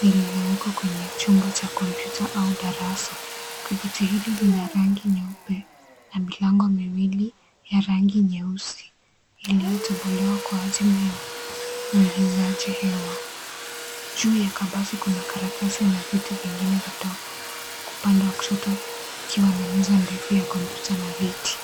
lililo wekwa kwenye chumba cha kompyuta au darasa, kabati hili lina rangi nyeupe na milango miwili, ya rangi nyeusi, iliyo tobolewa kwa ajili ya, uingizaji hewa, juu ya kabati kuna karatasi na vitu vingine vidogo, upande wa kushoto, kukiwa na meza ndefu ya kompyuta na viti.